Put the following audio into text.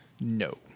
No